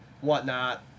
whatnot